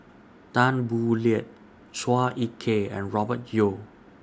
Tan Boo Liat Chua Ek Kay and Robert Yeo